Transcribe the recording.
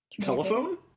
telephone